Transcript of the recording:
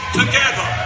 together